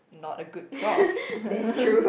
not a good Prof